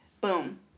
boom